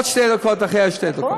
עוד שתי דקות אחרי שתי הדקות.